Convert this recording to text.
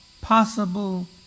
possible